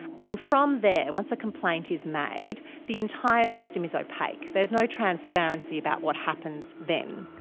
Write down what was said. and from there once a complaint is made, the entire system is opaque. there is no transparency about what happens then.